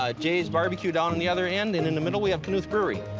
ah jay's barbecue down on the other end. and in the middle, we have knuth brewery.